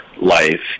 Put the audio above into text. life